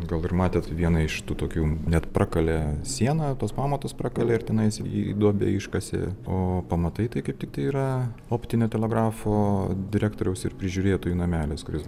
gal ir matėt vieną iš tų tokių net prakalė sieną tuos pamatus prakalė ir tenais į duobę iškasė o pamatai kaip tiktai yra optinio telegrafo direktoriaus ir prižiūrėtojų namelis kuris